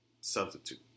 substitute